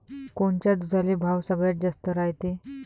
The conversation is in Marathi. कोनच्या दुधाले भाव सगळ्यात जास्त रायते?